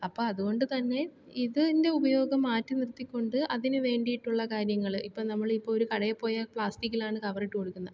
അപ്പം അതുകൊണ്ട് തന്നെ ഇതിൻ്റെ ഉപയോഗം മാറ്റി നിർത്തിക്കൊണ്ട് അതിന് വേണ്ടിയിട്ടുള്ള കാര്യങ്ങൾ ഇപ്പം നമ്മളിപ്പോൾ ഒരു കടയിൽ പോയാൽ പ്ലാസ്റ്റിക്കിലാണ് കവർ ഇട്ട് കൊടുക്കുന്നത്